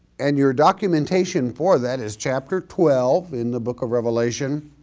and your documentation for that is chapter twelve in the book of revelation,